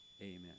amen